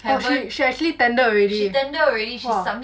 !huh! she she actually tender already !wah!